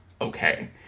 okay